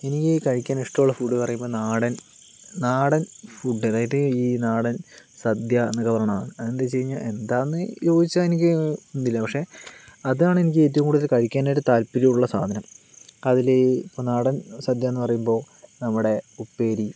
എനിക്ക് കഴിക്കാൻ ഇഷ്ടമുള്ള ഫുഡ് എന്ന് പറയുമ്പോൾ നാടൻ ഫുഡ് അതായത് നാടന് സദ്യ എന്നൊക്കെ പറയണത് അതെന്നു വച്ച് കഴിഞ്ഞാല് എന്താണെന്നു ചോദിച്ചാൽ എനിക്കിതില്ല പക്ഷെ അതാണ് എനിക്ക് ഏറ്റവും കൂടുതല് കഴിക്കാനായിട്ട് താല്പര്യം ഉള്ള സാധനം അതിൽ ഇപ്പോൾ നാടന് സദ്യ എന്ന് പറയുമ്പോൾ നമ്മുടെ ഉപ്പേരി